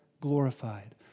glorified